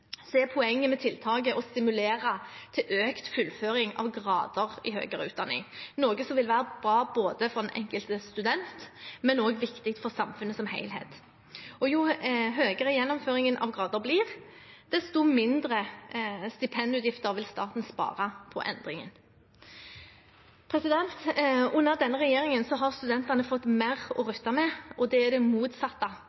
er poenget med tiltaket å stimulere til økt fullføring av grader i høyere utdanning, noe som vil være bra for den enkelte student, men også viktig for samfunnet som helhet. Jo, høyere gjennomføringen av grader blir, desto mindre stipendutgifter vil staten spare på endringen. Under denne regjeringen har studentene fått mer å